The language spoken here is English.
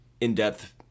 in-depth